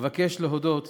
אבקש להודות